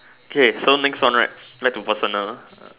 okay so next one right back to personal